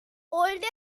oldest